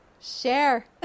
Share